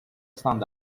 stand